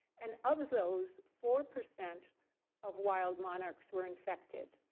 and of those four percent of wild monarchs were infected.